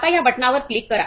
आता या बटणावर क्लिक करा